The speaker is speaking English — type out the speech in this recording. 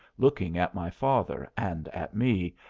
looking at my father and at me,